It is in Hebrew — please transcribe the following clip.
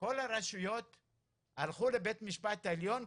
כל הרשויות הלכו לבית משפט העליון,